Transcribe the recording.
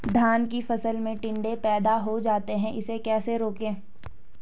धान की फसल में टिड्डे पैदा हो जाते हैं इसे कैसे रोकें?